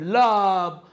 love